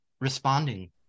responding